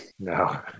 No